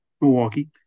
milwaukee